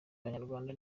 abanyarwanda